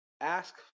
ask